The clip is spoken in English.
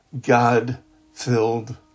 God-filled